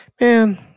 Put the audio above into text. Man